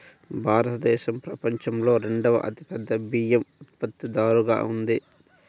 భారతదేశం ప్రపంచంలో రెండవ అతిపెద్ద బియ్యం ఉత్పత్తిదారుగా ఉంది